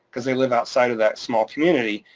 cause they live outside of that small community,